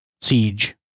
siege